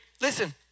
Listen